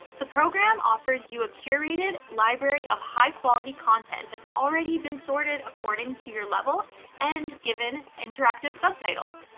the program offers you a curated library of high quality content that's already been sorted according to your level and given interactive sub-titles.